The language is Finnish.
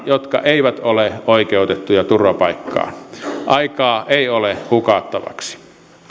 jotka eivät ole oikeutettuja turvapaikkaan aikaa ei ole hukattavaksi